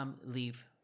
leave